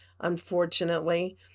Unfortunately